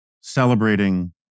celebrating